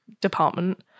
department